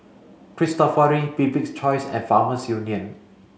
Cristofori Bibik's Choice and Farmers Union